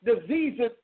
diseases